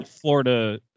Florida